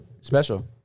Special